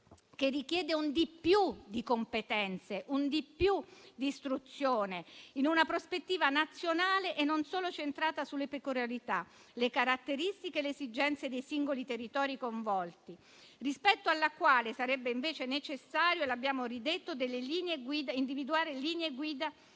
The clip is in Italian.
che richiede un di più di competenze, un di più di istruzione in una prospettiva nazionale e non solo centrata sulle peculiarità, le caratteristiche e le esigenze dei singoli territori coinvolti. Sarebbe invece necessario - l'abbiamo ribadito - individuare delle linee guida